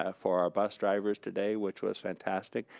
ah for our bus drivers today, which was fantastic,